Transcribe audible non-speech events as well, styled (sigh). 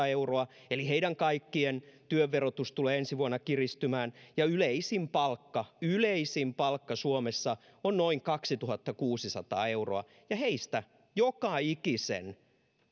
(unintelligible) euroa eli kaikkien heidän työn verotus tulee ensi vuonna kiristymään ja yleisin palkka yleisin palkka suomessa on noin kaksituhattakuusisataa euroa ja heistä joka ikisen